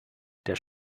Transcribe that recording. der